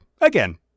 Again